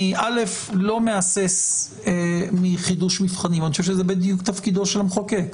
אני לא מהסס מחידוש מבחנים זה תפקידו של המחוקק.